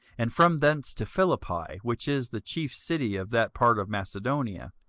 and from thence to philippi, which is the chief city of that part of macedonia,